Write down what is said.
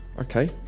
okay